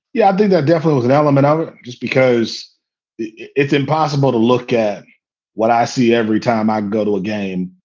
yeah, i think that definitely is an element of it, just because it's impossible to look at what i see every time i go to a game.